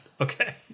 Okay